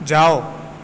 جاؤ